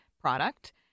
product